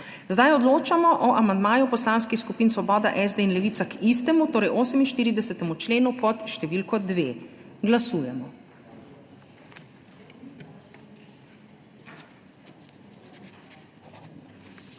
Zdaj odločamo o amandmaju Poslanskih skupin Svoboda, SD in Levica k istemu, torej 48. členu, pod številko 2. Glasujemo.